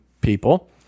people